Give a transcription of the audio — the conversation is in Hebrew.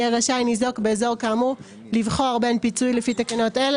יהיה רשאי ניזוק באזור כאמור לבחור בין פיצוי לפי תקנות אלה